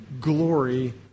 glory